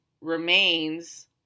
remains